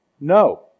no